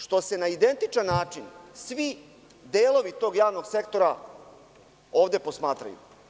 Što se na identičan način svi delovi tog javnog sektora ovde posmatraju.